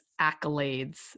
accolades